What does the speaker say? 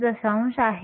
42 आहे